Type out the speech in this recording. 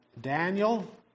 Daniel